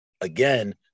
again